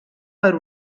per